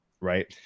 Right